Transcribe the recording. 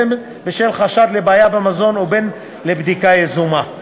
בין בשל חשד לבעיה במזון ובין בדיקה יזומה.